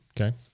Okay